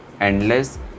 endless